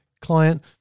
client